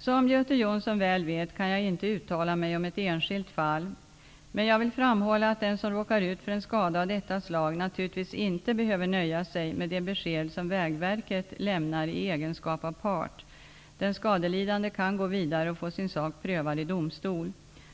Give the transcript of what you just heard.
Som Göte Jonsson väl vet kan jag inte uttala mig om ett enskilt fall. Men jag vill framhålla att den som råkar ut för en skada av detta slag naturligtvis inte behöver nöja sig med det besked som Vägverket lämnar i egenskap av part. Den skadelidande kan gå vidare och få sin sak prövad i domstol.